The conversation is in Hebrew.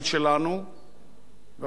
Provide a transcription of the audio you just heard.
והממשלה רוצה להטמיע אותה,